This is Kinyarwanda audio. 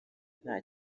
nta